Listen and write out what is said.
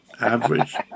Average